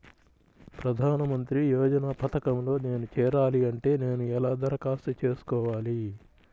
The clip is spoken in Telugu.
ప్రధాన మంత్రి యోజన పథకంలో నేను చేరాలి అంటే నేను ఎలా దరఖాస్తు చేసుకోవాలి?